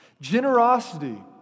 generosity